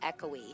echoey